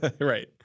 Right